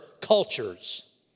cultures